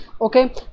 okay